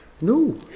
No